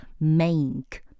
make